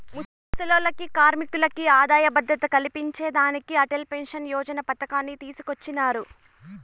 ముసలోల్లకి, కార్మికులకి ఆదాయ భద్రత కల్పించేదానికి అటల్ పెన్సన్ యోజన పతకాన్ని తీసుకొచ్చినారు